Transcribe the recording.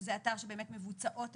שזה אתר שבאמת מבוצעות הבדיקות,